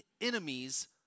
enemies